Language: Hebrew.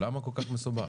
למה כל כך מסובך?